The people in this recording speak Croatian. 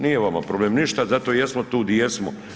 Nije vama problem ništa, zato i jesmo tu di jesmo.